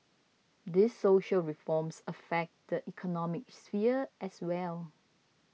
these social reforms affect the economic sphere as well